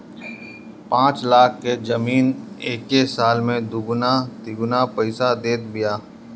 पाँच लाख के जमीन एके साल में दुगुना तिगुना पईसा देत बिया